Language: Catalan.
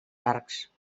arcs